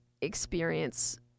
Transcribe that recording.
experience